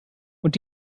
und